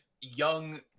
young